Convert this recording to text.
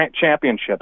championships